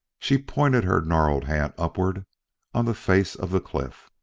she pointed her gnarled hand upward on the face of the cliff.